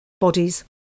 Bodies